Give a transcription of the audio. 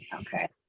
Okay